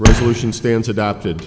resolution stands adopted